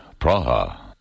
Praha